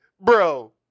Bro